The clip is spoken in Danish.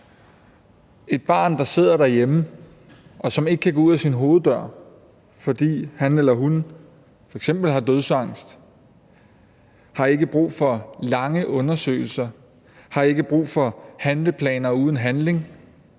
Et barn, der sidder derhjemme, og som ikke kan gå ud af sin hoveddør, fordi han eller hun f.eks. har dødsangst, har ikke brug for lange undersøgelser, har ikke brug for handleplaner uden handling,